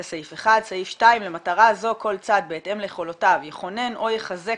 זה סעיף 1. סעיף 2: "למטרה זו כל צד בהתאם ליכולותיו יכונן או יחזק